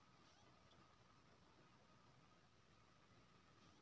दुधक उपजा मे भारत सौंसे दुनियाँ मे पहिल नंबर पर छै